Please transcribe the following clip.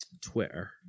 Twitter